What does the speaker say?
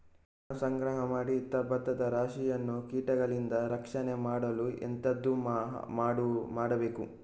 ನಾನು ಸಂಗ್ರಹ ಮಾಡಿ ಇಟ್ಟ ಭತ್ತದ ರಾಶಿಯನ್ನು ಕೀಟಗಳಿಂದ ರಕ್ಷಣೆ ಮಾಡಲು ಎಂತದು ಮಾಡಬೇಕು?